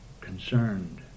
concerned